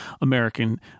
American